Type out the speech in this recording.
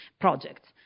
projects